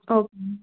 okay ma'am